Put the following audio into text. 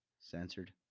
censored